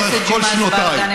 חבר הכנסת ג'מעה אזברגה,